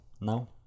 now